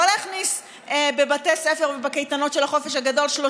לא להכניס בבתי הספר ובקייטנות של החופש הגדול 30